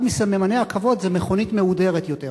אחד מסממני הכבוד זה מכונית מהודרת יותר,